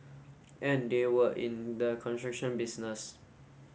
and they were in the construction business